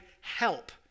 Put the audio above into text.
help